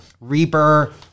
Reaper